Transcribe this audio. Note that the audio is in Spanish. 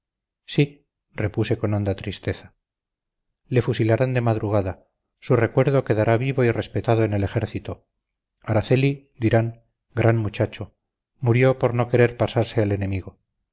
sí repuse con honda tristeza le fusilarán de madrugada su recuerdo quedará vivo y respetado en el ejército araceli dirán gran muchacho murió por no querer pasarse al enemigo